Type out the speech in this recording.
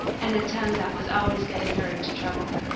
and a tongue that was always getting her into trouble.